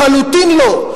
לחלוטין לא.